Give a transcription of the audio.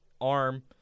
arm